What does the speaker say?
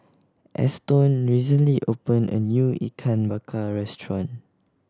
Eston recently opened a new Ikan Bakar restaurant